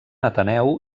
ateneu